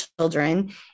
children